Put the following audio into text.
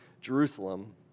jerusalem